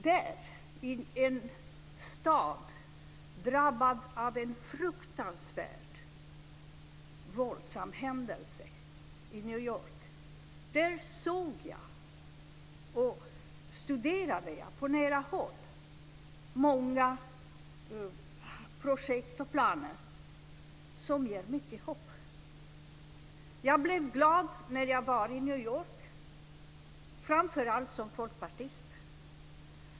Där, i en stad drabbad av en fruktansvärt våldsam händelse, i New York, såg jag och studerade jag på nära håll många projekt och planer som ger mycket hopp. Jag blev glad när jag var i New York, framför allt som folkpartist.